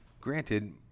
granted